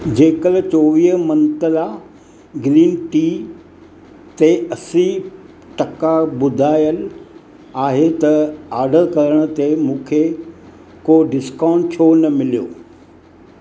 जेकर चोवीह मंत्रा ग्रीन टी ते असीं टका ॿुधायल आहे त ऑडर करण ते मूंखे को डिस्काउंट छो न मिलियो